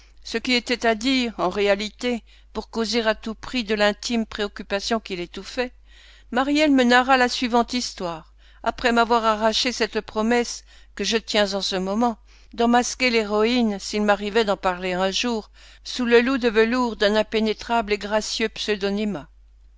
ce qui était à dire en réalité pour causer à tout prix de l'intime préoccupation qui l'étouffait maryelle me narra la suivante histoire après m'avoir arraché cette promesse que je tiens en ce moment d'en masquer l'héroïne s'il m'arrivait d'en parler un jour sous le loup de velours d'un impénétrable et gracieux pseudonymat